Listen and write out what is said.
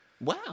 wow